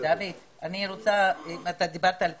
דיברת על פתרונות.